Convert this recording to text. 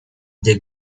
the